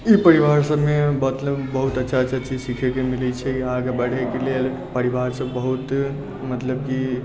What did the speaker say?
ई परिवार सभमे मतलब बहुत अच्छा अच्छा चीज सभ सीखै के मिलै छै आगे बढ़ै के लेल परिवार सभ बहुत मतलब कि